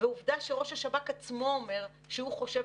ועובדה שראש השב"כ עצמו אומר שהוא חושב